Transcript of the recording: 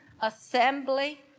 assembly